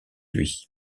lui